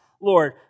Lord